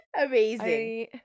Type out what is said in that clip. Amazing